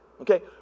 Okay